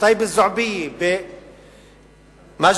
בטייבה אל-זועבי, במג'ד-אל-כרום,